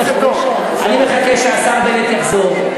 אני מחכה שהשר בנט יחזור,